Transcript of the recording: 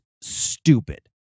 stupid